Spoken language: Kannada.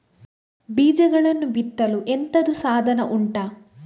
ಬೀಜಗಳನ್ನು ಬಿತ್ತಲು ಎಂತದು ಸಾಧನ ಉಂಟು?